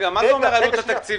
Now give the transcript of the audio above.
מה זה "עלות תקציבית?